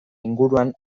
inguruan